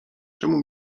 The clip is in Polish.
czemu